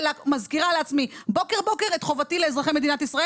היא בלתי אפשרית בגלל שאין סנכרון בין משרד הפנים לביטוח הלאומי.